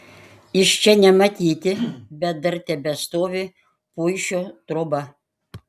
iš čia nematyti bet dar tebestovi puišio troba